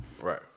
Right